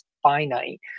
finite